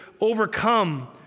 overcome